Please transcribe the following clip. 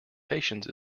patience